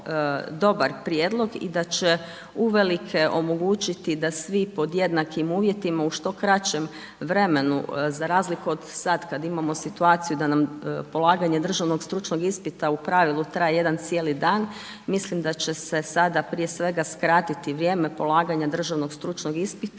dobar prijedlog i da će uvelike omogućiti da svi pod jednakim uvjetima, u što kraćem vremenu, za razliku od sada kada imamo situaciju da nam polaganje državnog stručnog ispita, u pravilu traje jedan cijeli dan, mislim da će se sada prije svega skratiti vrijeme polaganje državnog stručnog ispita